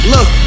Look